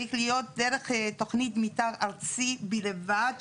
צריך להיות דרך תוכנית מתאר ארצית בלבד,